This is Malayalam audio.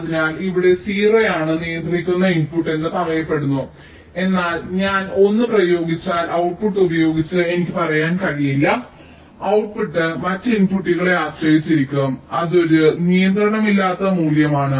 അതിനാൽ ഇവിടെ 0 ആണ് നിയന്ത്രിക്കുന്ന ഇൻപുട്ട് എന്ന് പറയപ്പെടുന്നു എന്നാൽ ഞാൻ 1 പ്രയോഗിച്ചാൽ ഔട്ട്പുട്ട് ഉപയോഗിച്ച് എനിക്ക് പറയാൻ കഴിയില്ല ഔട്ട്പുട്ട് മറ്റ് ഇൻപുട്ടുകളെ ആശ്രയിച്ചിരിക്കും അത് ഒരു നിയന്ത്രണമില്ലാത്ത മൂല്യമാണ്